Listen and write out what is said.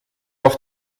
auf